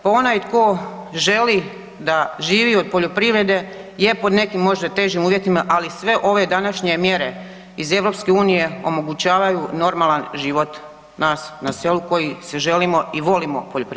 Pa onaj tko želi da živi od poljoprivrede je po nekim možda i težim uvjetima, ali sve ove današnje mjere iz EU omogućavaju normalan život nas na selu koji se želimo i volimo poljoprivredu.